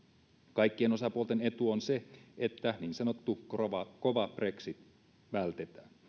kaikkien osapuolten etu on se että niin sanottu kova kova brexit vältetään